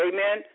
Amen